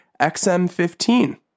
XM15